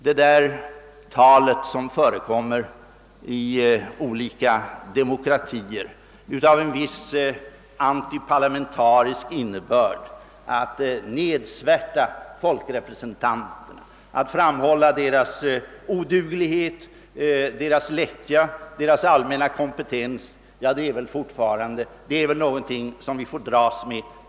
Det där talet om en viss antiparlamentarisk innebörd, som förekommer i alla demokratier och utmärkes av en vilja att nedsvärta folkrepresentanterna, att framhålla deras oduglighet, deras lättja och allmänna inkompetens, är väl någonting som vi får dras med.